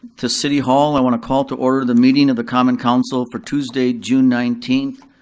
to city hall, i wanna call to order the meeting of the common council for tuesday, june nineteenth,